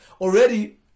already